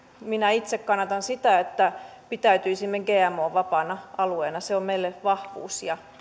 minä itse kannatan sitä että pitäytyisimme gmo vapaana alueena se on meille vahvuus ja